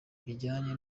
bijyanye